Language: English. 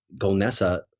Golnessa